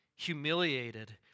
humiliated